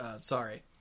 Sorry